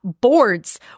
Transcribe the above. Boards